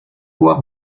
voir